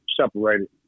separated